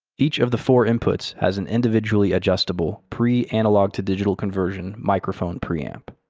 each of the four inputs has an individually adjustable, pre-analog to digital conversion, microphone preamp.